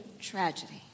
tragedy